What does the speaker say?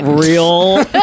real